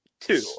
Two